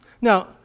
Now